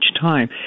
time